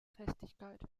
festigkeit